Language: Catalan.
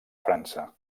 frança